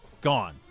gone